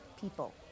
people